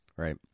Right